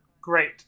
great